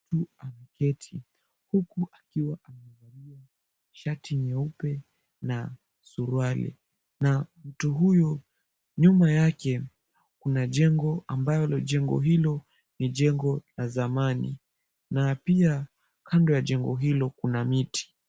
Mtu ameketi huku akiwa amevalia shati nyeupe na suruali na mtu huyo nyuma yake kuna jengo ambalo jengo hilo ni jengo la zamani na pia kando ya jengo hilo kuna miti.